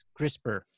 CRISPR